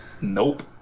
Nope